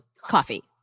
coffee